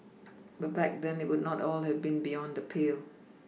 but back then it would not at all have been beyond the pale